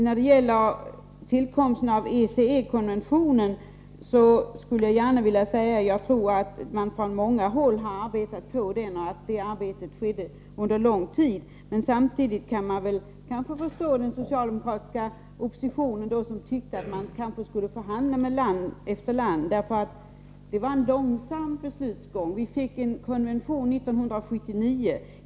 När det gäller tillkomsten av ECE-konventionen skulle jag gärna vilja säga att jag tror att man från många håll har arbetat på den och att det arbetet skett under en lång tid. Men samtidigt kan man kanske förstå den socialdemokratiska oppositionen som tyckte att man kanske skulle förhandla med land efter land. Det var en långsam beslutsgång. Vi fick en konvention 1979.